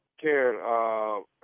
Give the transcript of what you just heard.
Karen